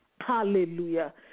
Hallelujah